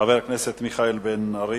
חבר הכנסת מיכאל בן-ארי.